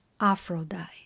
Aphrodite